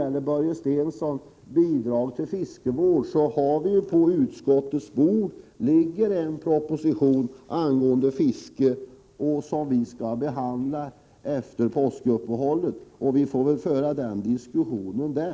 Till Börje Stensson om bidrag till fiskevård: På utskottets bord ligger en proposition angående fisket, som vi skall behandla efter påskuppehållet. Vi får väl föra den diskussionen då.